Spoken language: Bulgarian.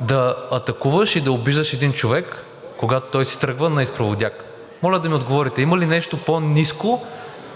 да атакуваш и да обиждаш един човек, когато той си тръгва, на изпроводяк? Моля да ми отговорите: има ли нещо по-низко